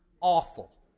Awful